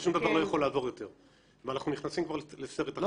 שום דבר לא יכול לעזור יותר ואנחנו נכנסים כבר לסרט אחר.